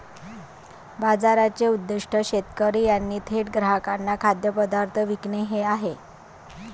बाजाराचे उद्दीष्ट शेतकरी यांनी थेट ग्राहकांना खाद्यपदार्थ विकणे हे आहे